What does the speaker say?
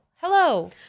hello